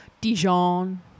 Dijon